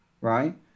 right